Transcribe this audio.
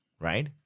right